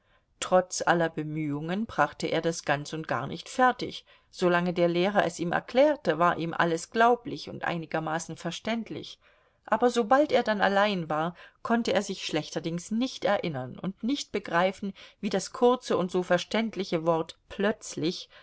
trotz aller bemühung brachte er das ganz und gar nicht fertig solange der lehrer es ihm erklärte war ihm alles glaublich und einigermaßen verständlich aber sobald er dann allein war konnte er sich schlechterdings nicht erinnern und nicht begreifen wie das kurze und so verständliche wort plötzlich